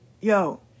yo